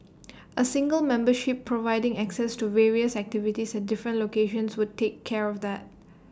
A single membership providing access to various activities at different locations would take care of that